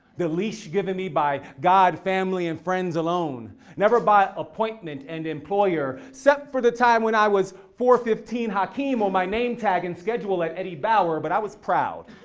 the leash given me by god, family, and friends alone, never by appointment and employer, except for the time when i was four fifteen hakim on my name tag and schedule at eddie bauer, but i was proud.